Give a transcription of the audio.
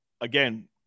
again